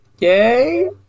Yay